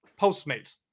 Postmates